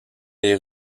les